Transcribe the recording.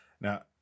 now